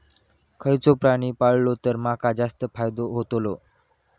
खयचो प्राणी पाळलो तर माका जास्त फायदो होतोलो?